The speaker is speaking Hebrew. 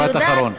משפט אחרון.